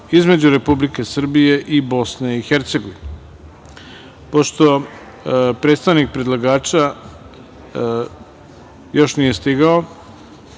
između Republike Srbije i Bosne i Hercegovine. Pošto predstavnik predlagača još nije stigao,